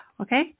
Okay